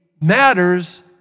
matters